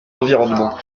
environnement